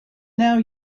now